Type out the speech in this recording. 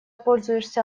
пользуешься